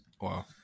Wow